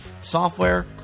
software